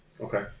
Okay